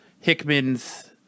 Hickman's